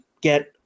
get